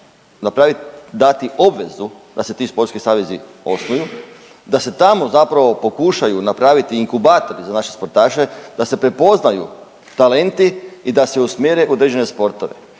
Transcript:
dati obvezu da se ti sportski savezi osnuju, da se tamo zapravo pokušaju napraviti inkubatori za naše sportaše, da se prepoznaju talenti i da se usmjere u određene sportove.